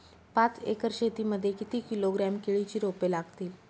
पाच एकर शेती मध्ये किती किलोग्रॅम केळीची रोपे लागतील?